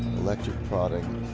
electric prodding